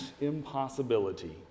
impossibility